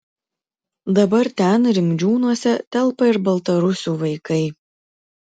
dabar ten rimdžiūnuose telpa ir baltarusių vaikai